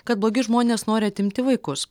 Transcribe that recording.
kad blogi žmonės nori atimti vaikus